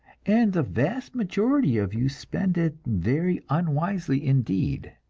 and the vast majority of you spend it very unwisely indeed.